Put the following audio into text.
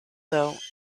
though